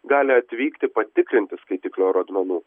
gali atvykti patikrinti skaitiklio rodmenų